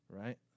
Right